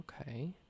Okay